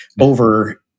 over